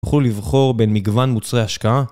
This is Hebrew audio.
יכול לבחור בין מגוון מוצרי השקעה.